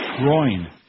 groin